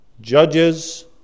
judges